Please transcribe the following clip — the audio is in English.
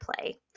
play